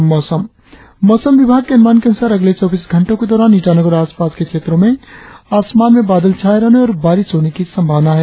और अब मौसम मौसम विभाग के अनुमान के अनुसार अगले चौबीस घंटो के दौरान ईटानगर और आसपास के क्षेत्रो में आसमान में बादल छाये रहने और बारिश होने की संभावना है